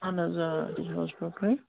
اہن حظ آ تُہۍ چھِو حظ